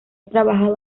trabajado